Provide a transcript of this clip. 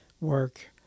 work